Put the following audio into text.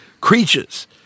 creatures